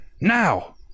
Now